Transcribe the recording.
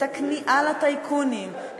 את הכניעה לטייקונים,